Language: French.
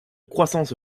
croissance